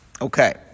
Okay